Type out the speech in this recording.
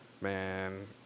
Man